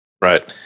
Right